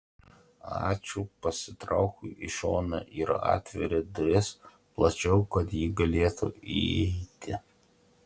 ačiū pasitraukiu į šoną ir atveriu duris plačiau kad ji galėtų įeiti